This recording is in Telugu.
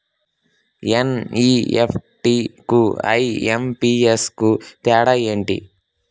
ఎన్.ఈ.ఎఫ్.టి కు ఐ.ఎం.పి.ఎస్ కు తేడా ఎంటి?